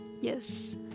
Yes